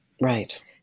Right